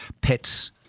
pets